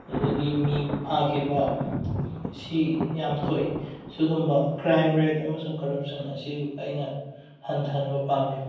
ꯑꯗꯨꯗꯒꯤ ꯃꯤ ꯐꯥꯈꯤꯕ ꯁꯤ ꯌꯥꯝ ꯊꯣꯛꯏ ꯁꯤꯒꯨꯝꯕ ꯀ꯭ꯔꯥꯏꯝ ꯔꯦꯠ ꯑꯃꯁꯨꯡ ꯀꯔꯞꯁꯟ ꯑꯁꯤ ꯑꯩꯅ ꯍꯟꯊꯍꯟꯕ ꯄꯥꯝꯃꯤ